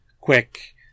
quick